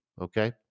okay